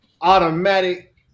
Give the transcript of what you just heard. Automatic